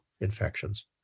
infections